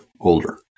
older